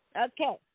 okay